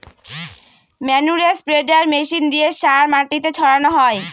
ম্যানুরে spreader machine দিয়ে সার মাটিতে ছড়ানো হয়